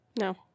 No